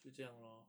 就怎样 lor